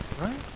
right